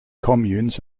communes